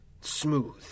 Smooth